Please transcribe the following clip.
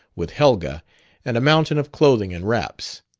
with helga and a mountain of clothing and wraps.